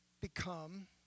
become